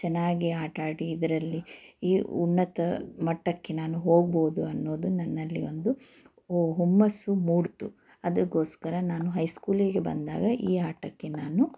ಚೆನ್ನಾಗಿ ಆಟಾಡಿ ಇದರಲ್ಲಿ ಈ ಉನ್ನತ ಮಟ್ಟಕ್ಕೆ ನಾನು ಹೋಗ್ಬೌದು ಅನ್ನೋದು ನನ್ನಲ್ಲಿ ಒಂದು ಹುಮ್ಮಸ್ಸು ಮೂಡ್ತು ಅದಕ್ಕೋಸ್ಕರ ನಾನು ಹೈಸ್ಕೂಲಿಗೆ ಬಂದಾಗ ಈ ಆಟಕ್ಕೆ ನಾನು